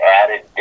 added